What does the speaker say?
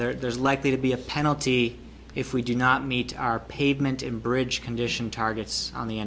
there's likely to be a penalty if we do not meet our pavement in bridge condition targets on the